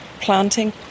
planting